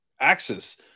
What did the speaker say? Axis